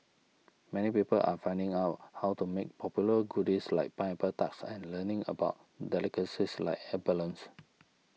many people are finding out how to make popular goodies like pineapple tarts and learning about delicacies like abalones